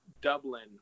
dublin